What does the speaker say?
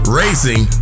racing